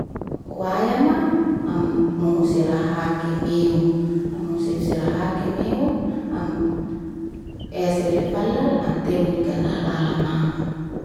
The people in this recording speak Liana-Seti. Kwa yama am muhusiraha kemiu, am muhusifsiraha kemiu, am eselifalal antebu nikanalala mahu.